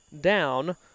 down